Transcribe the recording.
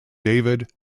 david